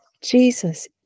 Jesus